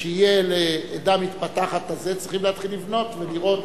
שיהיה לעדה מתפתחת, צריכים להתחיל לבנות ולראות